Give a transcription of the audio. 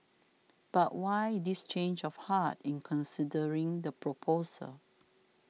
but why this change of heart in considering the proposal